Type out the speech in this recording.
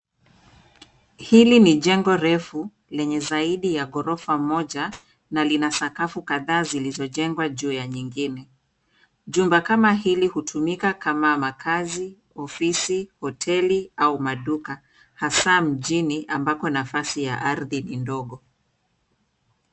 Hili ni jengo refu lenye zaidi ya ghorofa moja na lina sakafu kadhaa zilizojengwa juu ya nyingine. Jumba kama hili hutumika kama makaazi, ofisi, hoteli au maduka. Hasa mjini ambako nafasi ya ardhi ni ndogo.